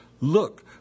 Look